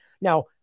Now